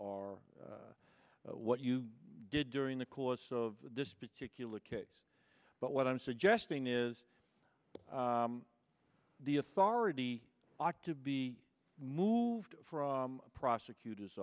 or what you did during the course of this particular case but what i'm suggesting is the authority ought to be moved from a prosecutor